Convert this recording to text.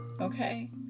okay